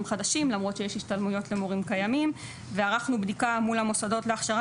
חדשים למרות שיש השתלמויות למורים קיימים וערכנו בדיקה מול המוסדות להכשרה